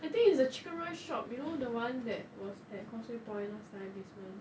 I think is the chicken rice shop you know the one that was at causeway point last time this month